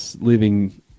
living